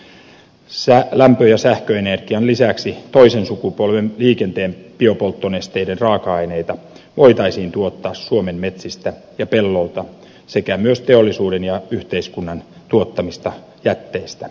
lämpö ja sähköenergian lisäksi toisen sukupolven liikenteen biopolttonesteiden raaka aineita voitaisiin tuottaa suomen metsistä ja pelloilta sekä myös teollisuuden ja yhteiskunnan tuottamista jätteistä